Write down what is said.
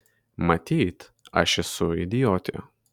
matyt aš esu idiotė